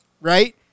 right